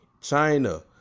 China